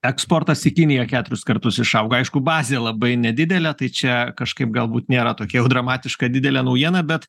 eksportas į kiniją keturis kartus išaugo aišku bazė labai nedidelė tai čia kažkaip galbūt nėra tokia jau dramatiška ir didelė naujiena bet